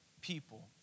people